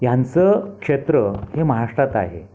ह्यांचं क्षेत्र हे महाराष्ट्रात आहे